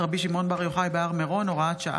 שמעון בר יוחאי בהר מירון (הוראת שעה),